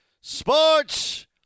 Sports